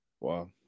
Wow